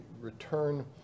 return